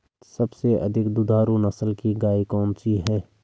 सबसे अधिक दुधारू नस्ल की गाय कौन सी है?